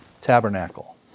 tabernacle